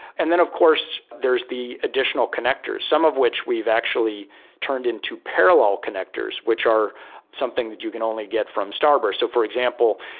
and then of course there is the additional connectors, some of which we've actually turned into parallel connectors, which are something that you can only get from starburst. so for example,